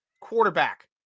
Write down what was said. quarterback